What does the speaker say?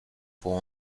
pour